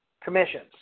commissions